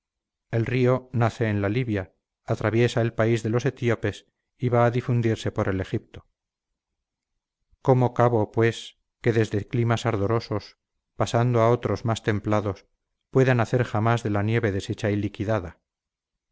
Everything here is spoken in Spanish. el río nace en la libia atraviesa el país de los etíopes y va a difundirse por el egipto cómo cabo pues que desde climas ardorosos pasando a otros más templados pueda nacer jamás de la nieve deshecha y liquidada